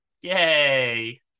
Yay